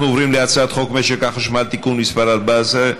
אנחנו עוברים להצעת חוק משק החשמל (תיקון מס' 14,